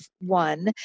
one